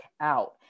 out